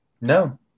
No